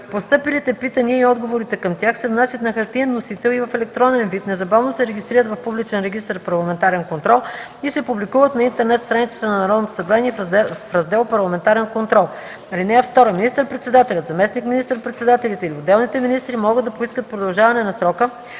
Постъпилите питания и отговорите към тях се внасят на хартиен носител и в електронен вид, незабавно се регистрират в публичен регистър „Парламентарен контрол“ и се публикуват на интернет страницата на Народното събрание в Раздел „Парламентарен контрол“. (2) Министър-председателят, заместник министър-председателите или отделните министри могат да поискат продължаване на срока,